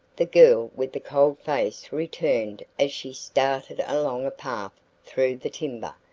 the girl with the cold face returned as she started along a path through the timber,